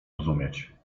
rozumieć